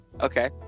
Okay